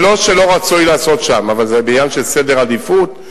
שלא רצוי לעשות שם, אבל זה עניין של סדר עדיפות,